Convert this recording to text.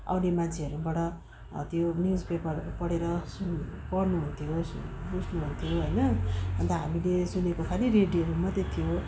आउने मान्छेहरूबाट त्यो न्युजपेपरहरू पढेर सुन्नु पढ्नुहुन्थ्यो बुझ्नुहुन्थ्यो होइन अन्त हामीले चिनेको खाली रेडियोमा मात्रै थियो